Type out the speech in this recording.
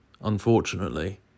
unfortunately